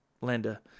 Linda